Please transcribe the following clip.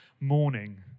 morning